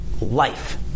life